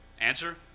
Answer